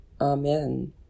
Amen